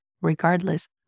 regardless